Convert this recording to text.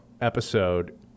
episode